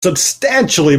substantially